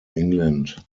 england